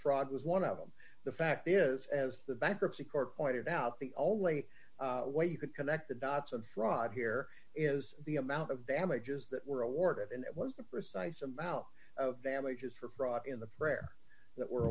fraud was one of them the fact is as the bankruptcy court pointed out the only way you could connect the dots of fraud here is the amount of damages that were awarded and that was the precise amount of damages for fraud in the prayer that were